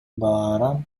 баарын